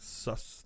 suss